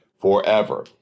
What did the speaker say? forever